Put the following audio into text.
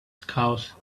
caused